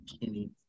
Kenny